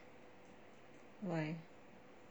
why